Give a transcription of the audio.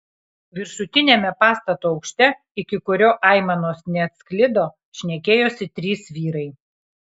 viršutiniame pastato aukšte iki kurio aimanos neatsklido šnekėjosi trys vyrai